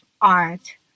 art